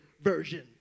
version